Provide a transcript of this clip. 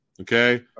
Okay